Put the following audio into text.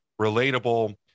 relatable